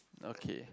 okay